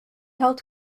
held